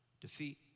defeat